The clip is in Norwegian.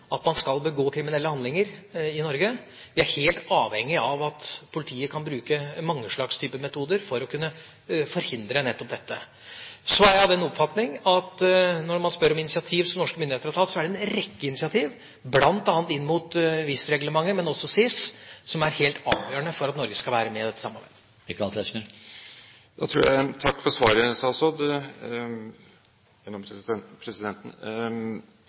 skal begå kriminelle handlinger i Norge. Vi er helt avhengige av at politiet kan bruke mange slags typer metoder for å forhindre nettopp dette. Så er jeg av den oppfatning, når man spør om hvilke initiativ norske myndigheter har tatt, at det er en rekke initiativ, bl.a. inn mot VIS-reglementet, men også CIS, som er helt avgjørende for at Norge skal være med i dette samarbeidet. Jeg takker for svaret, men jeg tror jeg